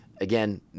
Again